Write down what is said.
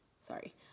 Sorry